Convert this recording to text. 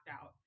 out